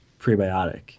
prebiotic